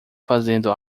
fazendo